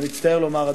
אני מצטער לומר,